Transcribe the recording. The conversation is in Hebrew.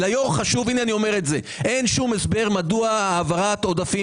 הנה אני אומר את זה: אין שום הסבר מדוע על העברת עודפים